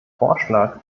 vorschlag